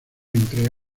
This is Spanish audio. entre